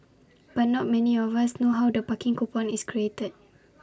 but not many of us know how the parking coupon is created